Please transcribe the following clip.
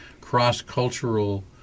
cross-cultural